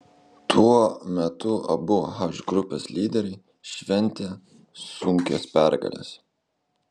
tuo metu abu h grupės lyderiai šventė sunkias pergales